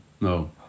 no